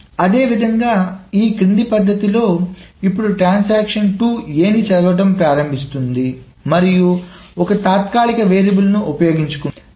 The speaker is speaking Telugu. అదేవిధంగా ఈ కింది పద్ధతిలో ఇప్పుడు ట్రాన్సాక్షన్ 2 A ని చదవడం ప్రారంభిస్తుంది మరియు ఒక తాత్కాలిక వేరియబుల్ ని ఉపయోగించు కుంటుంది